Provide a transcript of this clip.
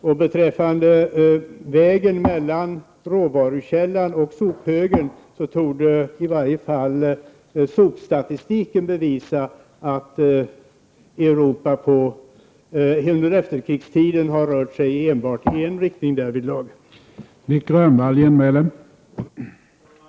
Vad beträffar vägen mellan råvarukällan och sophögen torde sopstatistiken bevisa att Europa under efterkrigstiden har rört sig i endast en riktning när det gäller sopmängderna.